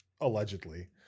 allegedly